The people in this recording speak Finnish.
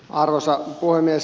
arvoisa puhemies